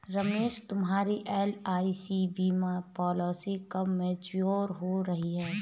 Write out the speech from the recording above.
रमेश तुम्हारी एल.आई.सी बीमा पॉलिसी कब मैच्योर हो रही है?